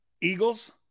Eagles